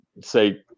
say